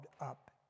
up